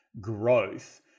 growth